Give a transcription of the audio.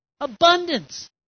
Abundance